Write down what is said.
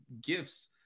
gifts